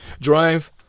drive